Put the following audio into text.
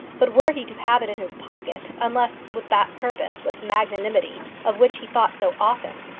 but were he to have it in his pocket, unless with that purpose of magnanimity of which he thought so often,